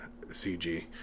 cg